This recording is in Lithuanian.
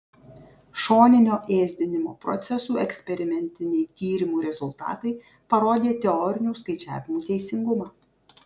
šoninio ėsdinimo procesų eksperimentiniai tyrimų rezultatai parodė teorinių skaičiavimų teisingumą